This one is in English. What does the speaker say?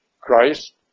Christ